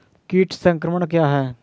कीट संक्रमण क्या है?